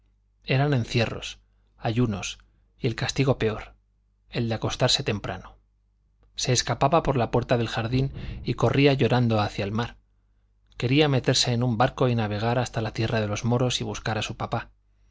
eran encierros ayunos y el castigo peor el de acostarse temprano se escapaba por la puerta del jardín y corría llorando hacia el mar quería meterse en un barco y navegar hasta la tierra de los moros y buscar a su papá